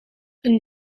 een